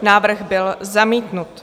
Návrh byl zamítnut.